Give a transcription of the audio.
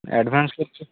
advance করতে